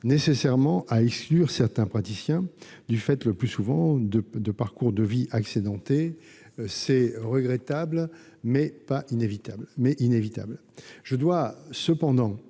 nécessairement à exclure certains praticiens du fait, le plus souvent, de parcours de vie accidentés. C'est regrettable, mais inévitable. Je dois cependant